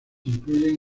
incluyen